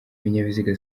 ibinyabiziga